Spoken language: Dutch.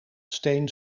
steen